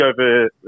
over